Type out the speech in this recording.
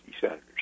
senators